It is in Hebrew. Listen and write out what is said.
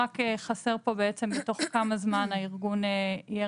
רק חסר פה תוך כמה זמן הארגון יהיה